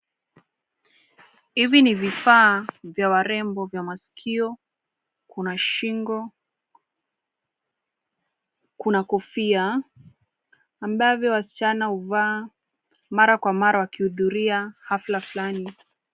Hivi ni vifaa vya warembo vya maskio, kuna shingo, kuna kofia ambavyo wasichana huvaa mara kwa mara wakihudhuria hafla fulani.